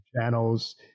channels